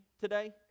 today